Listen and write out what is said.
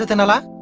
another